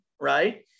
right